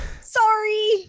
Sorry